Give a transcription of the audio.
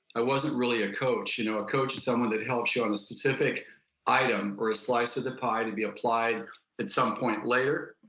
i wasn't really a coach. you know a coach is someone that helps you on a specific item or a slice of the pie to be applied at some point later.